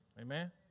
Amen